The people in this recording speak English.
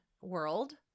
world –